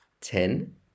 ten